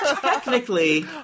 Technically